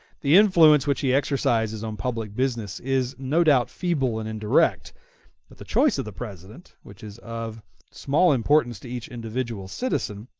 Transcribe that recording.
the influence which he exercises on public business is no doubt feeble and indirect but the choice of the president, which is of small importance to each individual citizen,